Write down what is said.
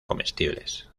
comestibles